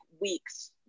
weeks